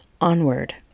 onward